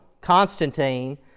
constantine